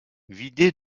vidée